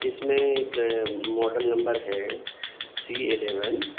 اس میں ایک model number ہے سی الیون